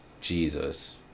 Jesus